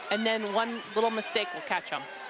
and then one little mistake will catch um